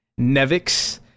Nevix